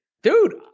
Dude